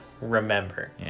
remember